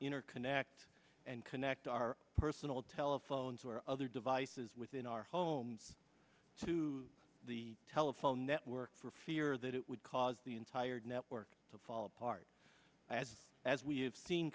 interconnect and connect our personal telephones or other devices within our home to the telephone network for fear that it would cause the entire network to fall apart as as we have seen